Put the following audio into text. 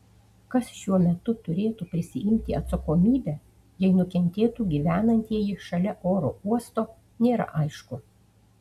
kas šiuo metu turėtų prisiimti atsakomybę jei nukentėtų gyvenantieji šalia oro uosto nėra aišku